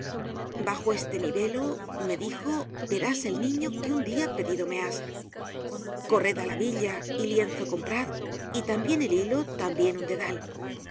bajo este mi velo me dijo verás el niño que un dia pedido me has corred á la villa y lienzo comprad y tambien el hilo tambien un dedal